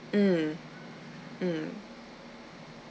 mm mm